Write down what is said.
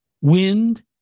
wind